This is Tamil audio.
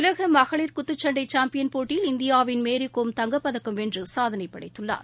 உலக மகளிர் குத்துச்சண்டை சாம்பியன் போட்டியில் இந்தியாவின் மேரிகோம் தங்கப்பதக்கம் வென்று சாதனை படைத்துள்ளார்